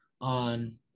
on